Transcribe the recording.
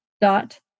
dot